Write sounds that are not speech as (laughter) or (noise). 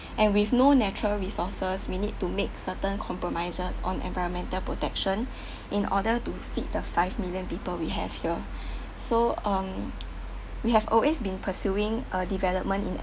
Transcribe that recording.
and with no natural resources we need to make certain compromises on environmental protection (breath) in order to feed the five million people we have here so um we have always been pursuing a development in